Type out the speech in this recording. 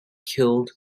killed